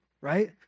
right